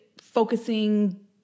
focusing